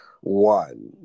one